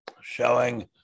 showing